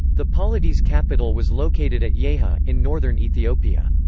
the polity's capital was located at yeha, in northern ethiopia.